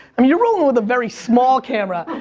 i mean you're ah holding a very small camera.